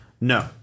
No